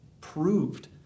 proved